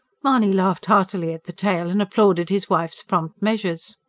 mahony laughed heartily at the tale, and applauded his wife's prompt measures.